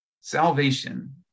salvation